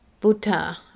Buddha